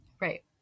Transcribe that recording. right